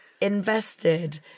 invested